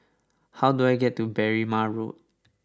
how do I get to Berrima Road